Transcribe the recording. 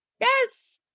Yes